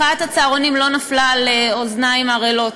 מחאת הצהרונים לא נפלה על אוזניים ערלות,